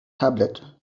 tablet